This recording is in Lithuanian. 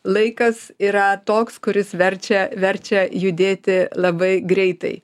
laikas yra toks kuris verčia verčia judėti labai greitai